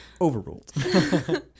Overruled